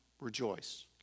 rejoice